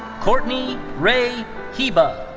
courtney rae heba.